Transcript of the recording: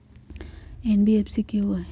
NBFC कि होअ हई?